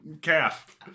calf